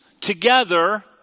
together